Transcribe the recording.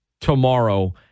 tomorrow